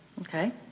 Okay